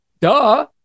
Duh